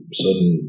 sudden